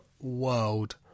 world